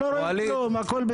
לא רואים כלום, הכול בסדר.